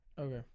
Okay